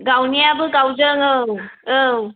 गावनायाबो गावदों औ औ